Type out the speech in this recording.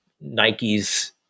Nike's